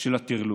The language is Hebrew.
של הטרלול.